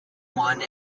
one